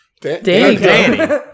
Danny